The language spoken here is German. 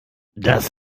das